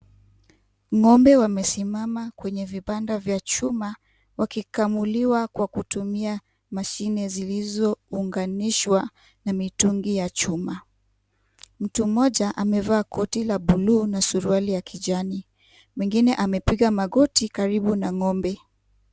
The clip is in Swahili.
Ng'ombe wamesimama kwenye vibanda vya chuma wakikamuliwa kwa kutumia mashine zilizounganishwa na mitungi ya chuma. Mtu mmoja amevaa koti la bulu na suruali ya kijani. Mwengine amepiga magoti karibu na ng'ombe.